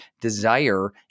desire